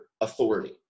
authority